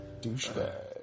Douchebag